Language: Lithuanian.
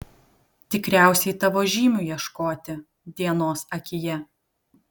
tikriausiai tavo žymių ieškoti dienos akyje